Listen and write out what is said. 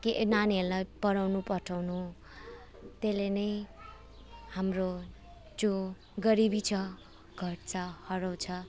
के नानीहरूलाई पढाउनु पठाउनु त्यसले नै हाम्रो जो गरिबी छ घर छ हराउँछ